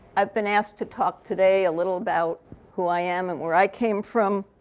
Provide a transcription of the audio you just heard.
i've been asked to talk today a little about who i am and where i came from,